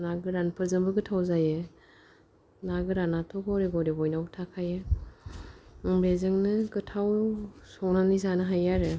ना गोरानफोरजोंबो गोथाव जायो ना गोरानाथ' घरे घरे बयनावबो थाखायो बेजोंनो गोथाव संनानै जानो हायो आरो